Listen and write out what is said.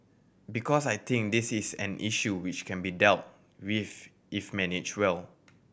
because I think this is an issue which can be dealt with if managed well